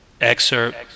Excerpt